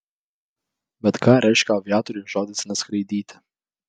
bet ką reiškia aviatoriui žodis neskraidyti